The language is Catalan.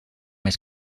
més